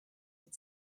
had